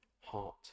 heart